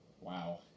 Wow